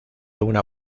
una